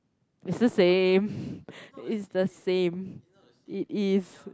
it's the same it's the same it is